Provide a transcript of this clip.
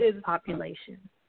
population